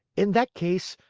in that case,